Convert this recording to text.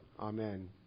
Amen